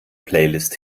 playlist